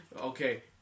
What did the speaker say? okay